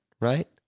right